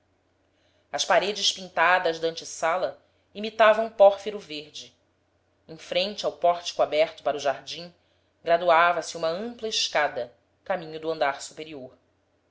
as paredes pintadas da ante sala imitavam pórfiro verde em frente ao pórtico aberto para o jardim graduava se uma ampla escada caminho do andar superior